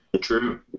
True